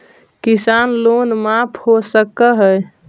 किसान लोन माफ हो सक है?